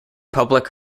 public